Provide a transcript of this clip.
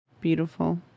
beautiful